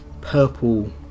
purple